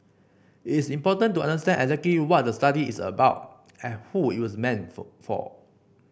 it's important to understand what the study is about and who it was meant for for